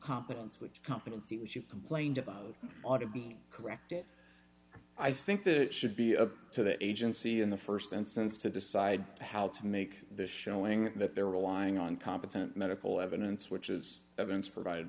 competence which competency which you've complained about ought to be corrected i think that it should be up to the agency in the st instance to decide how to make the showing that they were lying on competent medical evidence which is evidence provided